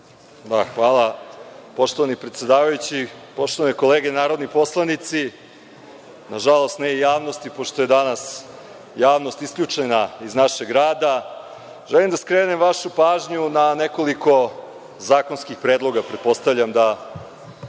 Hvala. Poštovani predsedavajući, poštovane kolege narodni poslanici, nažalost ne i javnosti, pošto je danas javnost isključena iz našeg rada, želim da skrenem vašu pažnju na nekoliko zakonskih predloga. Pretpostavljam da